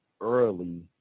early